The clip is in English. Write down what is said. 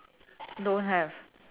don't have